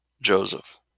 Joseph